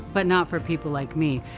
but not for people like me.